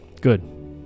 Good